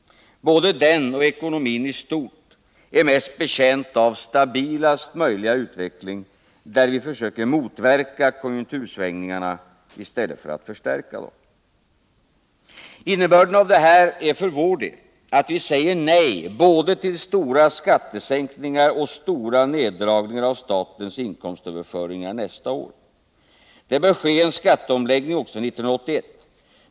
Både den och ekonomin i stort är mest betjänta av stabilaste möjliga utveckling, där vi försöker motverka konjunktursvängningarna i stället för att förstärka dem. Innebörden av det här är för vår del att vi säger nej både till stora skattesänkningar och till stora neddragningar av statens inkomstöverföringar nästa år. Det bör bli en skatteomläggning också 1981.